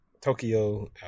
Tokyo